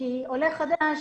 כי עולה חדש,